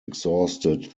exhausted